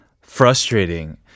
frustrating